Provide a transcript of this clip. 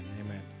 amen